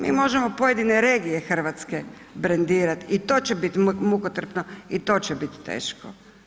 Mi možemo pojedine regije Hrvatske brendirati i to će biti mukotrpno i to će biti teško.